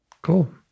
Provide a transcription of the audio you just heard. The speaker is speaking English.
cool